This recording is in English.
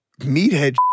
Meathead